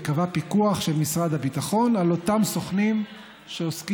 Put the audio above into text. וקבע פיקוח של משרד הביטחון על אותם סוכנים שעוסקים